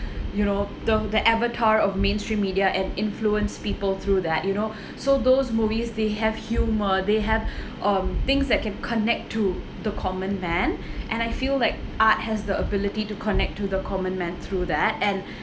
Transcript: you know the the avatar of mainstream media and influence people through that you know so those movies they have humor they have um things that can connect to the common man and I feel like art has the ability to connect to the common man through that and